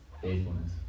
Faithfulness